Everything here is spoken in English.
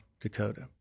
Dakota